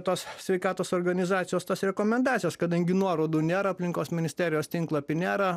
tos sveikatos organizacijos tos rekomendacijos kadangi nuorodų nėra aplinkos ministerijos tinklapy nėra